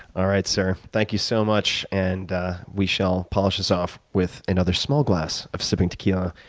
all right, sir. thank you so much and we shall polish this off with another small glass of sipping tequila.